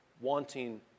wanting